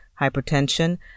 hypertension